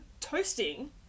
toasting